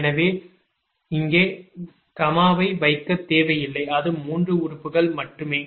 எனவே இங்கே கமாவை வைக்க தேவையில்லை அது 3 உறுப்புகள் மட்டுமே